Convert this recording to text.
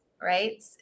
Right